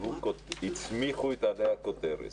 הצמיחו את עלי הכותרת.